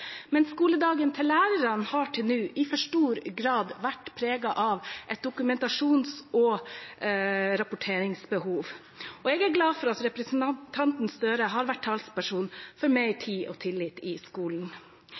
Skoledagen for lærerne har til nå i for stor grad vært preget av et dokumentasjons- og rapporteringsbehov. Jeg er glad for at representanten Gahr Støre har vært talsperson for mer tid og tillit i skolen.